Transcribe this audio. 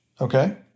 Okay